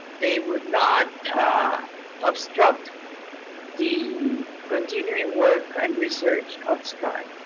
they would not obstruct the continuing work and research of stri.